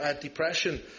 depression